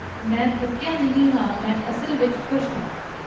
ਮੈਂ ਥੱਕਿਆ ਨਹੀਂ ਹਾਂ ਮੈਂ ਅਸਲ ਵਿੱਚ ਖੁਸ਼ ਹਾਂ